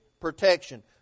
protection